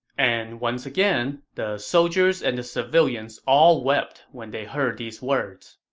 and once again, the soldiers and the civilians all wept when they heard these words.